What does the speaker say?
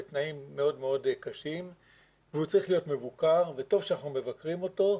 בתנאים מאוד מאוד קשים והוא צריך להיות מבוקר וטוב שאנחנו מבקרים אותו,